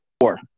four